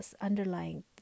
underlying